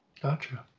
Gotcha